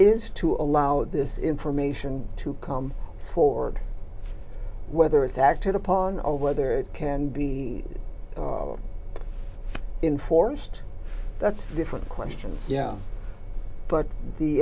is to allow this information to come forward whether it's acted upon or whether it can be enforced that's different questions yeah but the